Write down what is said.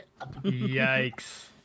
Yikes